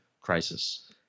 crisis